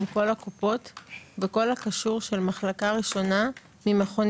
את העניין הזה שניתן למלא את הטופס הזה אחרי אבחון וזה יאפשר בעצם,